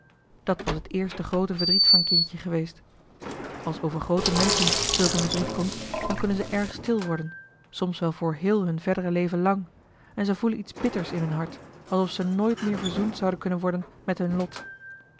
dat was het eerste groote verdriet van kindje geweest als over groote menschen zulk een verdriet komt dan kunnen zij erg stil worden soms wel voor heel hun verdere leven lang en zij voelen iets bitters in hun hart alsof ze nooit weer verzoend zouden kunnen worden met hun lot